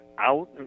out